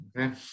okay